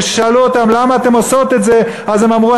וכששאלו אותן למה אתן עושות את זה הן אמרו: